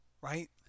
right